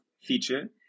feature